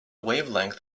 wavelength